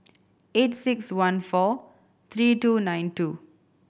eight six one four three two nine two